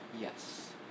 Yes